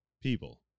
people